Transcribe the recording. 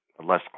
less